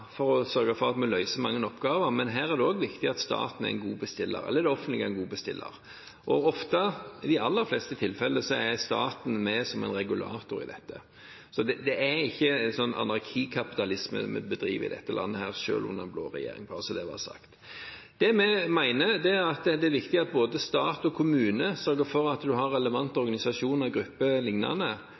for å sørge for at vi løser mange oppgaver. Men her er det også viktig at staten eller det offentlige er en god bestiller, og ofte, ja i de aller fleste tilfeller, er staten med som en regulator i dette. Så det er ikke anarkikapitalisme vi bedriver i dette landet, selv om det er en blå regjering, bare så det er sagt. Det vi mener, er at det er viktig at både stat og kommune sørger for at man har relevante organisasjoner,